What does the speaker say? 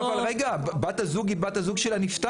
אבל רגע, בת הזוג היא בת הזוג של הנפטר.